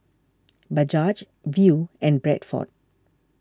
Bajaj Viu and Bradford